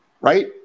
Right